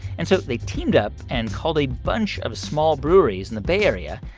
and so they teamed up and called a bunch of small breweries in the bay area.